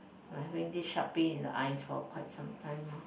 I'm having this sharp pain in the eyes for quite some time now